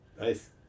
Nice